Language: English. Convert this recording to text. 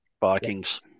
Vikings